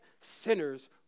sinners